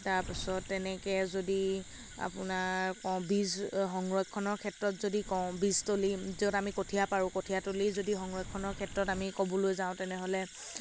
তাৰপিছত তেনেকে যদি আপোনাৰ কওঁ বীজ সংৰক্ষণৰ ক্ষেত্ৰত যদি কওঁ বীজতলী য'ত আমি কঠীয়া পাৰোঁ কঠীয়াতলী যদি সংৰক্ষণৰ ক্ষেত্ৰত আমি ক'বলৈ যাওঁ তেনেহ'লে